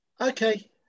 Okay